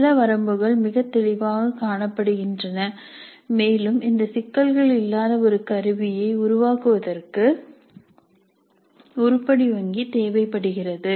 சில வரம்புகள் மிகத் தெளிவாகக் காணப்படுகின்றன மேலும் இந்த சிக்கல்கள் இல்லாத ஒரு கருவியை உருவாக்குவதற்கு உருப்படி வங்கி தேவைப்படுகிறது